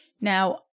Now